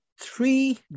three